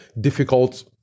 difficult